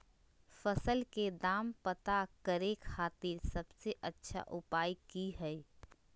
फसल के दाम पता करे खातिर सबसे अच्छा उपाय की हय?